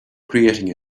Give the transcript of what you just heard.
creating